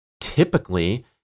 typically